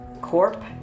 corp